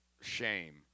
shame